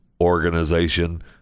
organization